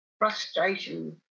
frustration